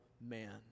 man